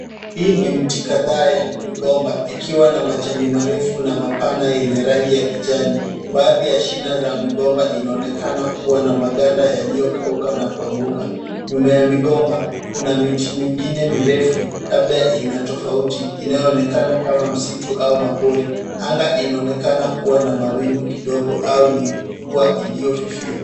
Hii ni mti kadhaa ya migomba, ikiwa na majani marefu na mapana yenye rangi ya kijani. Baadhi ya shina za migomba inaonekana kuwa na maganda yaliyokauka na kuanguka. Nyuma ya migomba, kuna miti mingine mirefu labda ina tofauti inayonekana kama msitu au mapori. Anga inaonekana kuwa na mawingu kidogo au ni jua iliyofifia iliyofifia.